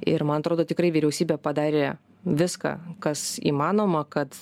ir man atrodo tikrai vyriausybė padarė viską kas įmanoma kad